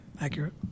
accurate